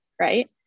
right